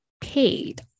paid